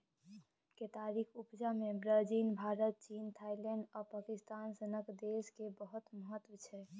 केतारीक उपजा मे ब्राजील, भारत, चीन, थाइलैंड आ पाकिस्तान सनक देश केर बहुत महत्व छै